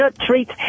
treat